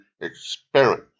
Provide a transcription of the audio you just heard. experiment